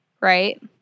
right